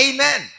Amen